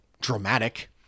dramatic